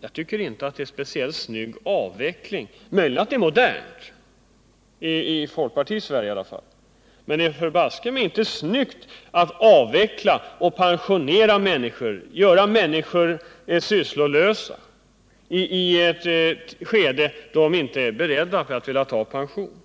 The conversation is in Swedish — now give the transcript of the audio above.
Jag tycker inte det är speciellt snyggt med en sådan avveckling, men det kan möjligen vara modernt, i varje fall i folkpartiets Sverige. Men det är förbaske mig inte snyggt att avveckla och pensionera människor, göra människor sysslolösa i ett skede då de inte är beredda att ta pension.